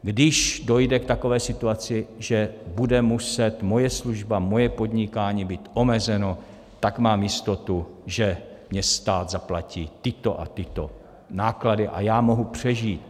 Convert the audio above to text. Když dojde k takové situaci, že bude muset moje služba, moje podnikání být omezeno, tak mám jistotu, že mně stát zaplatí tyto a tyto náklady a já mohu přežít.